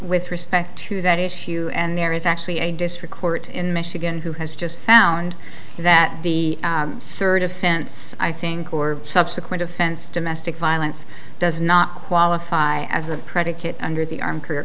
with respect to that issue and there is actually a district court in michigan who has just found that the third offense i think or subsequent offense domestic violence does not qualify as a predicate under the arm career